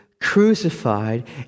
crucified